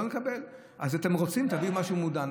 לא נקבל, אם אתם רוצים, תביאו משהו מאוזן.